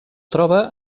troba